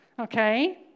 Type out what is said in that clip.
okay